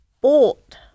bought